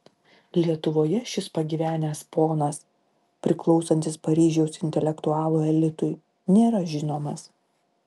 lietuvoje šis pagyvenęs ponas priklausantis paryžiaus intelektualų elitui nėra žinomas